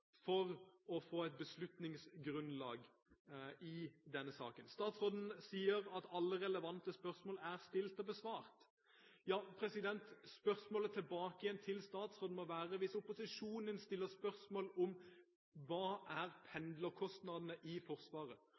for å få et beslutningsgrunnlag i denne saken. Statsråden sier at alle relevante spørsmål er stilt og besvart. Hvis opposisjonen stiller spørsmål om hva pendlerkostnadene i Forsvaret